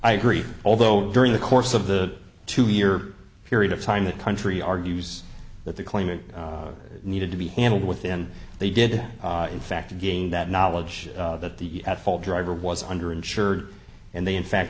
i agree although during the course of the two year period of time the country argues that the claimant needed to be handled within they did in fact gain that knowledge that the at fault driver was under insured and they in fact